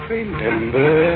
Remember